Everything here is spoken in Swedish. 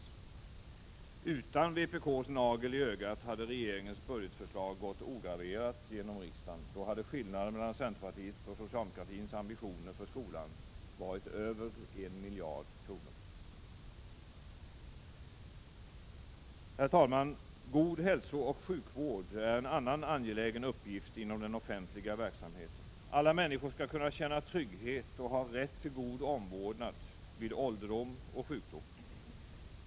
Utan vpk:s nagel i ögat hade regeringens budgetförslag gått ograverat genom riksdagen. Då hade skillnaden mellan centerpartiets och socialdemokratins ambitioner för skolan varit över 1 miljard kronor. Herr talman! God hälsooch sjukvård är en annan angelägen uppgift inom den offentliga verksamheten. Alla människor skall kunna känna trygghet och ha rätt till god omvårdnad vid ålderdom och sjukdom.